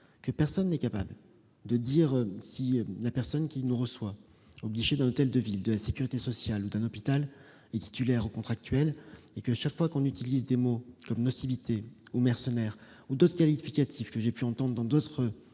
que nul n'est capable de dire si la personne qui le reçoit au guichet d'un hôtel de ville, de la sécurité sociale ou d'un hôpital est titulaire ou contractuelle. Chaque fois qu'on utilise des mots comme « nocivité »,« mercenaires », d'autres que j'ai entendus dans d'autres